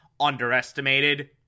underestimated